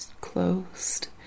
closed